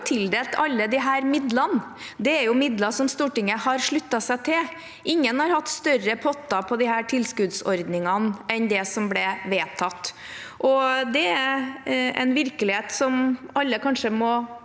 tildelt alle disse midlene. Det er midler som Stortinget har sluttet seg til. Ingen har hatt større potter i disse tilskuddsordningene enn det som ble vedtatt. Det er en virkelighet som alle må